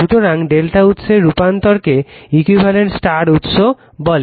সুতরাং Δ উৎসের এই রূপান্তরকে ইকুইভ্যালেন্ট স্টার উৎস বলে